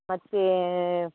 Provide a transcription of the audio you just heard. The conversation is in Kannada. ಮತ್ತೆ